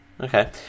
Okay